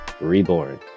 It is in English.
reborn